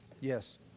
Yes